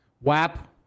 WAP